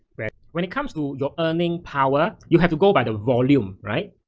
right? when it comes to your earning power, you have to go by the volume, right?